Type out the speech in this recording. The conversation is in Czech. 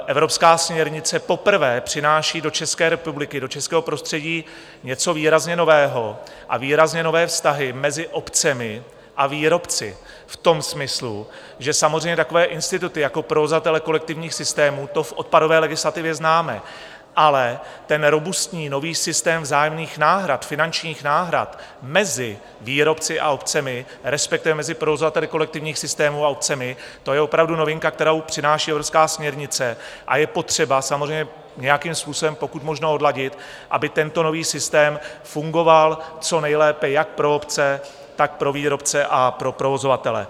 Evropská směrnice poprvé přináší do České republiky, do českého prostředí, něco výrazně nového a výrazně nové vztahy mezi obcemi a výrobci v tom smyslu, že samozřejmě takové instituty jako provozovatele kolektivních systémů, to v odpadové legislativě známe, ale ten robustní nový systém vzájemných náhrad, finančních náhrad mezi výrobci a obcemi, respektive mezi provozovateli kolektivních systémů a obcemi, to je opravdu novinka, kterou přináší evropská směrnice, a je potřeba samozřejmě nějakým způsobem pokud možno odladit, aby tento nový systém fungoval co nejlépe jak pro obce, tak pro výrobce a pro provozovatele.